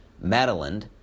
Madeline